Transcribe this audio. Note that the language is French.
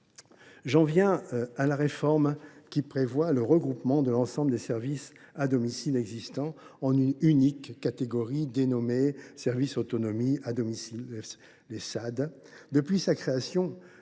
J’en viens à la réforme qui prévoit le regroupement de l’ensemble des services à domicile existants en une unique catégorie dénommée services autonomie à domicile. Depuis